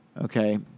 okay